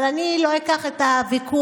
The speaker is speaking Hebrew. אבל אני לא אקח את הוויכוח,